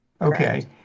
Okay